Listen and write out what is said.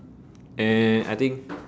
uh I think